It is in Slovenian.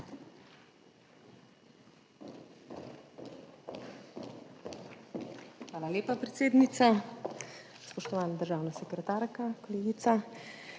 Hvala lepa, predsednica. Spoštovana državna sekretarka, kolegica,